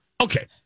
okay